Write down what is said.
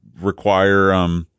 require